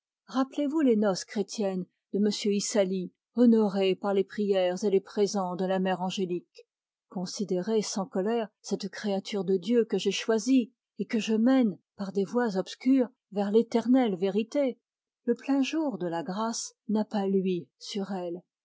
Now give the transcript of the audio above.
rappelezvous les noces chrétiennes de m issali honorées par les prières et les présents de la mère angélique considérez sans colère cette créature de dieu que j'ai choisie et que je mène par des voies obscures vers l'éternelle vérité le plein jour de la grâce n'a pas lui sur elle